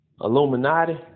Illuminati